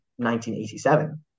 1987